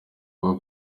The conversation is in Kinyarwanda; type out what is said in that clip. bwo